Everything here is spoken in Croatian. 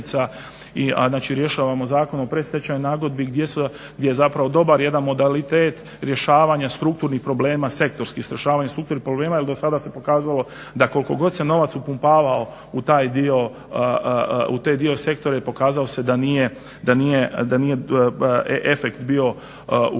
znači rješavamo Zakonom o predstečajnoj nagodbi gdje je zapravo dobar jedan modalitet rješavanja strukturnih problema sektorski … problema jer do sada se pokazalo da koliko god se novac upumpavao u taj dio sektora i pokazalo se da nije efekt bio u